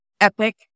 epic